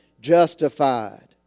justified